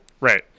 right